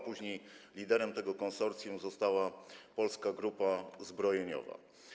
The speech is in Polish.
Później liderem tego konsorcjum została Polska Grupa Zbrojeniowa.